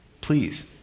please